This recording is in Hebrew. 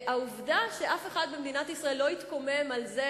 והעובדה שאף אחד במדינת ישראל לא התקומם על זה